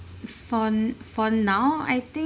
for for now I think